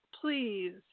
please